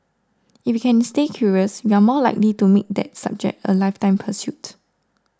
if we can stay curious we are more likely to make that subject a lifetime pursuit